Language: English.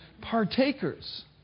Partakers